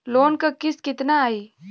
Loan क किस्त कितना आई?